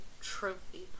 trophy